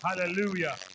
Hallelujah